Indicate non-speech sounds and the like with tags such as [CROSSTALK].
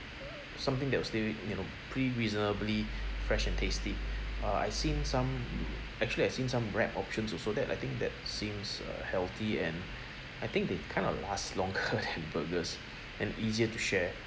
something that will stay you know pretty reasonably fresh and tasty uh I've seen some actually I've seen some wrap options also that I think that seems uh healthy and I think they kind of last longer [LAUGHS] than burgers and easier to share